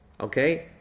Okay